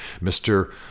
Mr